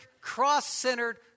cross-centered